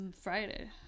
Friday